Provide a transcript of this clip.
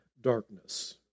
darkness